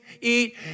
eat